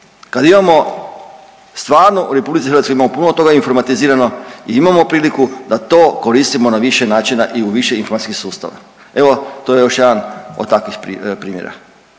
Kad imamo, stvarno u RH imamo puno toga informatizirano i imamo priliku da to koristimo na više način i u više informacijskih sustava. Evo to je još jedan od takvih primjera.